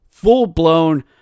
full-blown